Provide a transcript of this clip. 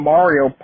Mario